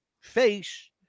face